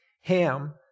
Ham